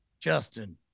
Justin